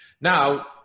Now